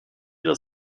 dans